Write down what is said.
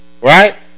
right